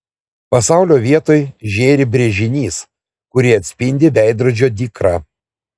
pasaulio vietoj žėri brėžinys kurį atspindi veidrodžio dykra